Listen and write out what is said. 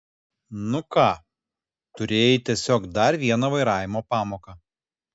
nu ką turėjai tiesiog dar vieną vairavimo pamoką